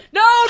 no